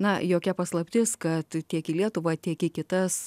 na jokia paslaptis kad tiek į lietuvą tiek į kitas